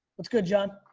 what's good john.